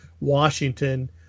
Washington